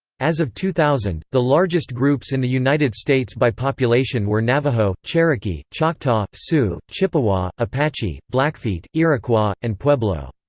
as of two thousand, the largest groups in the united states by population were navajo, cherokee, choctaw, sioux, chippewa, apache, blackfeet, iroquois, and pueblo.